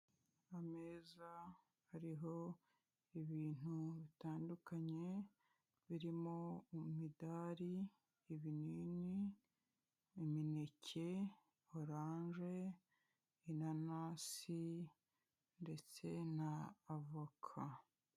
Ameza ariho ibintu bitandukanye birimo imidari, ibinini, imineke, orange, inanasi ndetse n'avoka.